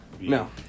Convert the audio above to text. no